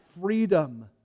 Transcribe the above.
freedom